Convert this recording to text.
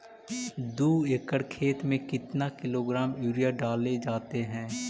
दू एकड़ खेत में कितने किलोग्राम यूरिया डाले जाते हैं?